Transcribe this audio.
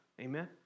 Amen